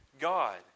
God